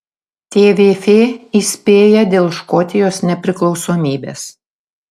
tvf įspėja dėl škotijos nepriklausomybės